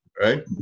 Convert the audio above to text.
right